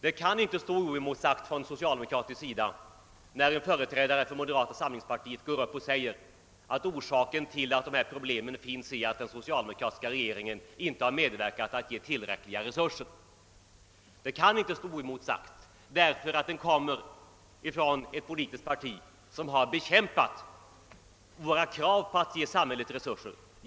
Det kan inte stå oemotsagt från socialdemokratisk sida, när företrädare för moderata samlingspartiet går upp och säger, att orsaken till att dessa problem finns är att den socialdemokratiska regeringen inte har medverkat till att ge tillräckliga resurser. Det kan inte stå oemotsagt, därför att detta uttalande kommer från ett politiskt parti, som genom alla år har bekämpat våra krav på att ge samhället resurser.